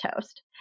toast